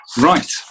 Right